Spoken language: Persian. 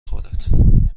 خورد